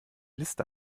liste